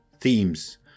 themes